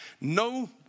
No